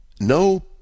no